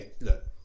look